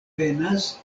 venas